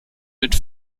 mit